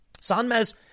Sanmez